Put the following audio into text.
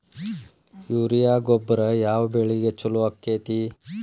Urea ಗೊಬ್ಬರ ಯಾವ ಬೆಳಿಗೆ ಛಲೋ ಆಕ್ಕೆತಿ?